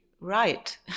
right